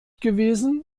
gewesen